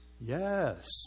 Yes